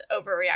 overreact